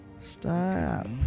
Stop